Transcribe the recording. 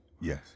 Yes